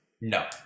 No